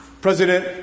President